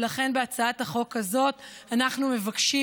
ולכן בהצעת החוק הזאת אנחנו מבקשים